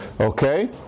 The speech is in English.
okay